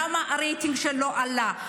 למה הרייטינג שלו עלה?